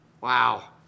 Wow